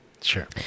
Sure